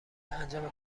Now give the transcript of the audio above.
انجام